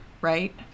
right